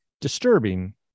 disturbing